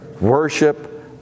worship